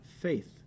faith